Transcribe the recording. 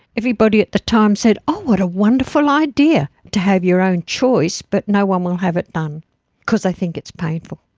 everybody at the time said, oh, what a wonderful idea to have your own choice, but no um will have it done because they think it's painful.